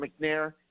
McNair